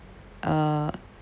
uh